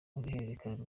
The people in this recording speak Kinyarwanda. ruhererekane